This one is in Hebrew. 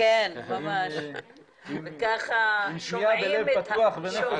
עם שמיעה בלב פתוח ונפש חפצה.